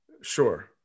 Sure